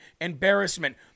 embarrassment